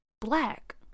black